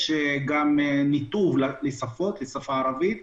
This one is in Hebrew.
יש גם ניתוב לשפות ולשפה הערבית.